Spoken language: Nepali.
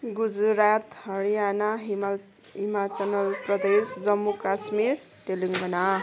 गुजरात हरियाणा हिमा हिमाचल प्रदेश जम्मू कश्मीर तेलङ्गाना